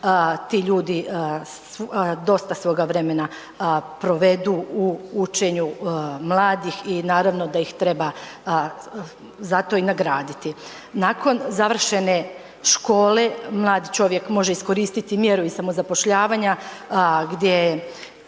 ti ljudi dosta svoga vremena provedu u učenju mladih i naravno da ih treba za to i nagraditi. Nakon završene škole mladi čovjek može iskoristiti mjeru i samozapošljavanja mjeru